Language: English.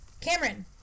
Cameron